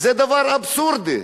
זה דבר אבסורדי.